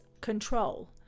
control